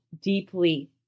deeply